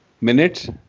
minutes